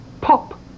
Pop